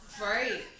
Right